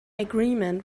agreement